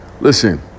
Listen